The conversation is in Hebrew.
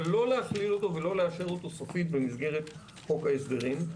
אבל לא להכליל אותו ולא לאשר אותו סופית במסגרת חוק ההסדרים.